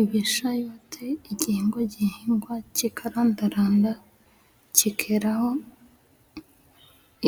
Ibishayoti igihingwa gihingwa kikarandaranda, kikeraho